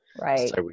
Right